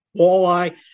walleye